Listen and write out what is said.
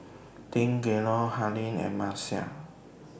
Deangelo Harlene and Marcia